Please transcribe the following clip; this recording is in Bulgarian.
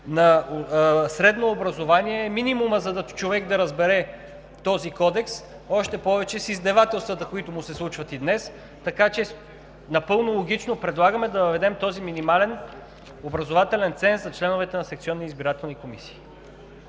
на средно образование е минимумът човек да разбере този Кодекс, още повече с издевателствата, които му се случват и днес. Напълно логично предлагаме да въведем този минимален образователен ценз за членовете на секционни избирателни комисии.